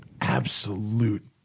absolute